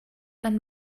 than